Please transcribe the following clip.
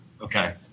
okay